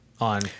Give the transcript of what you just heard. on